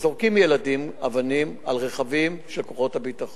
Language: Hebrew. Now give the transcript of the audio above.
וילדים זורקים אבנים על רכבים של כוחות הביטחון.